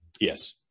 Yes